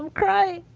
um cry